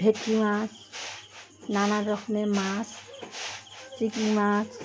ভেটকি মাছ নানা রকমের মাছ চিকি মাছ